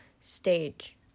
stage